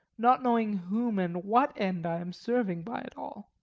not knowing whom and what end i am serving by it all.